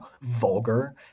vulgar